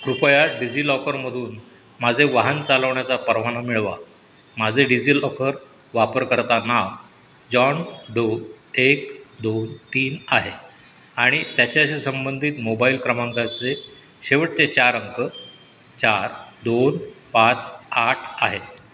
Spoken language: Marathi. कृपया डिजि लॉकरमधून माझे वाहन चालवण्याचा परवाना मिळवा माझे डिजि लॉकर वापरकर्ता नाव जॉन डो एक दोन तीन आहे आणि त्याच्याशी संबंधित मोबाईल क्रमांकाचे शेवटचे चार अंक चार दोन पाच आठ आहेत